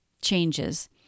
changes